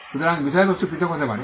সুতরাং বিষয়বস্তু পৃথক হতে পারে